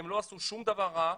הם לא עשו שום דבר רע,